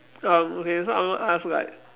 um okay so I'm going ask like